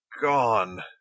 Gone